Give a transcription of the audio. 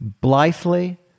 blithely